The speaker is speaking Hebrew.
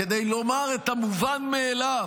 כדי לומר את המובן מאליו,